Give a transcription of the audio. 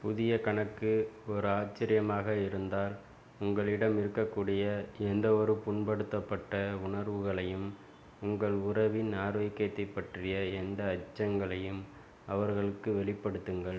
புதிய கணக்கு ஒரு ஆச்சரியமாக இருந்தால் உங்களிடம் இருக்கக்கூடிய எந்தவொரு புண்படுத்தப்பட்ட உணர்வுகளையும் உங்கள் உறவின் ஆரோக்கியத்தைப் பற்றிய எந்த அச்சங்களையும் அவர்களுக்கு வெளிப்படுத்துங்கள்